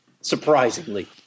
Surprisingly